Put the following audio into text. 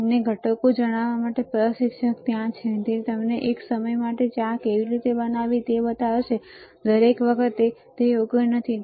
તમને ઘટકો જણાવવા માટે પ્રશિક્ષક ત્યાં છે તે તમને એક સમય માટે ચા કેવી રીતે બનાવવી તે બતાવશે દરેક વખતે યોગ્ય નથી